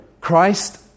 Christ